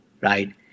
right